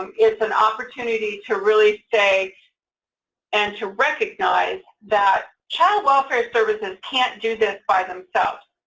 um it's an opportunity to really say and to recognize that child welfare services can't do this by themselves.